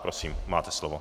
Prosím, máte slovo.